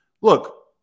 Look